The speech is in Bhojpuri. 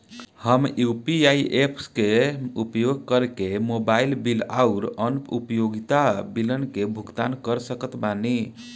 हम यू.पी.आई ऐप्स के उपयोग करके मोबाइल बिल आउर अन्य उपयोगिता बिलन के भुगतान कर सकत बानी